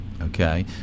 okay